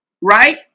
Right